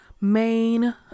main